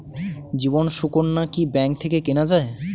জীবন সুকন্যা কি ব্যাংক থেকে কেনা যায়?